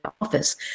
office